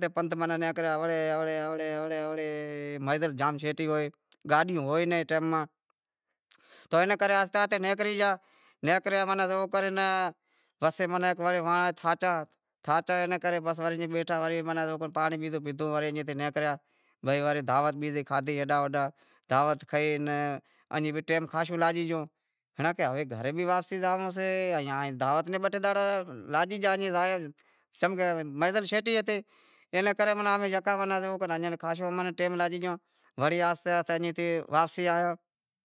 تے پندہ نیکریا ہوڑے ہوڑے ہوڑے ہوڑے ہوڑے ہوڑے منزل جام شیٹی ہوئے گاڈیوں ہوئے ناں ٹیم ماہ تو اینے کرے آہستے آہستے نیکری گیا نیکریا تو زیوو کر تھاچا تھاچا تو ایوو کر بیٹھا پانڑی بانڑی بیزو پیدہو تو ایم نیکریا وڑے دعوت بیزی کھادہی ہیڈاں ہوڈاں دعوت کھائی ایم ٹیم خاشو لاگی گیو بھینڑاں ہوے گھرے بھی واپسی زاونڑو سے ایم دعوت میں بہ ٹے دہاڑا لاگی گیا ایم زائے چمکہ منزل شیٹی ہتی اینے کرے یکا ایئنے کرے امیں خاشو ٹیم لاگی گیو وڑی آہستے آہستے اینی تھی واپسی آیا